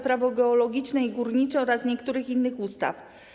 Prawo geologiczne i górnicze oraz niektórych innych ustaw.